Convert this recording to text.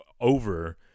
over